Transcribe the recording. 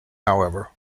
however